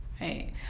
right